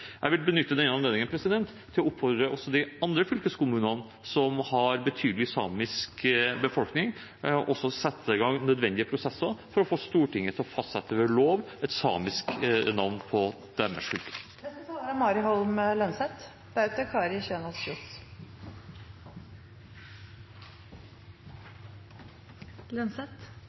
Jeg vil benytte denne anledningen til å oppfordre også de andre fylkeskommunene som har en betydelig samisk befolkning, til å sette i gang nødvendige prosesser for å få Stortinget til å fastsette ved lov et samisk navn på deres fylker. Det er